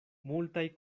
multaj